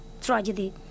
tragedy